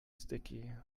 sticky